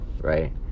right